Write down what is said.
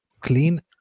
clean